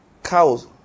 cows